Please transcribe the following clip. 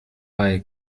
bei